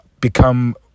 become